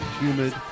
humid